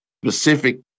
specific